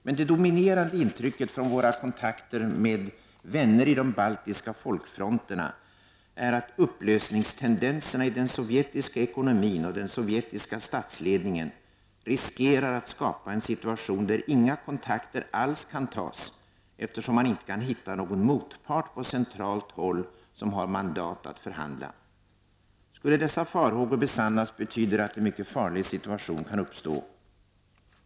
Men det dominerande intrycket från våra kontakter med vänner i de baltiska folkfronterna är, att upplösningstendenserna i den sovjetiska ekonomin och den sovjetiska statsledningen riskerar att skapa en situation där inga kontakter alls kan tas, eftersom man inte kan hitta någon motpart på centralt håll som har mandat att förhandla. Skulle dessa farhågor besannas betyder det att en mycket farlig situation kan uppstå.